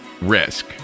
risk